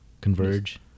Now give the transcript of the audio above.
Converge